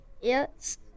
Yes